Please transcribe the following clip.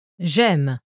J'aime